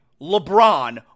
LeBron